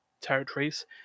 territories